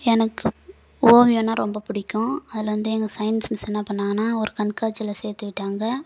எனக்கு ஓவியன்னா ரொம்ப பிடிக்கும் அதில் வந்து எங்கள் சையின்ஸ் மிஸ் என்ன பண்ணாங்கன்னால் ஒரு கண்காட்சியில் சேர்த்து விட்டாங்க